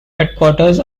headquarters